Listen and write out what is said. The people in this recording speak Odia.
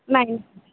ନାଇଁ